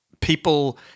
people